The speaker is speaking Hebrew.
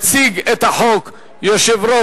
ותועבר לספר החוקים של מדינת ישראל,